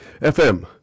FM